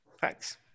Thanks